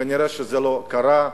כנראה שזה לא קרה.